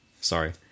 sorry